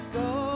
go